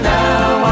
now